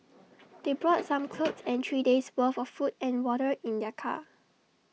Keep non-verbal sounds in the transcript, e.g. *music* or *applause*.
*noise* they brought some clothes and three days' worth of food and water in their car